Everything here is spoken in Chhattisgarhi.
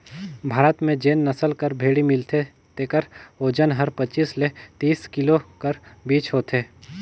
भारत में जेन नसल कर भेंड़ी मिलथे तेकर ओजन हर पचीस ले तीस किलो कर बीच होथे